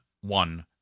one